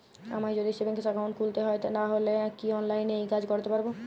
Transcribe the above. আমায় যদি savings account খুলতে হয় তাহলে কি অনলাইনে এই কাজ করতে পারবো?